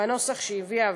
בנוסח שהביאה הוועדה.